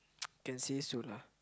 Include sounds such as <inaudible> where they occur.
<noise> can say so lah